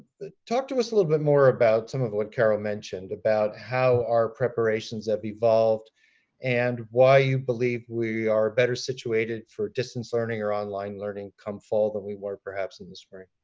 talk to us a little bit more about some of what carol mentioned, about how our preparations have evolved and why you believe we are better situated for distance learning or online learning come fall than we were perhaps in the spring.